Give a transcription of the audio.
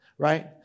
right